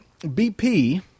BP